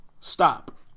Stop